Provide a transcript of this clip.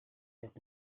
with